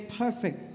perfect